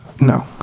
No